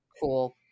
cool